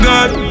God